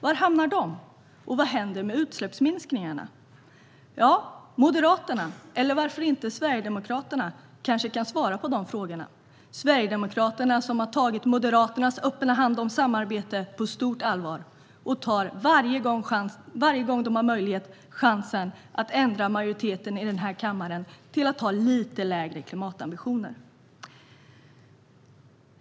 Var hamnar de, och vad händer med utsläppsminskningarna? Moderaterna - eller varför inte Sverigedemokraterna - kan kanske svara på de frågorna. Sverigedemokraterna har ju tagit Moderaternas utsträckta hand för samarbete på stort allvar och tar varje gång de har möjlighet chansen att ändra majoriteten i den här kammaren för att ha lite lägre klimatambitioner.